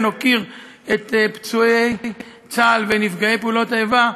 ונוקיר את פצועי צה"ל ונפגעי פעולות האיבה,